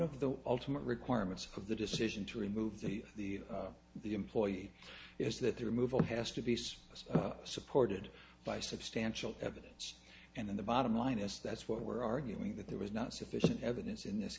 of the ultimate requirements of the decision to remove the the employee is that the removal has to be said supported by substantial evidence and in the bottom line as that's what we're arguing that there was not sufficient evidence in this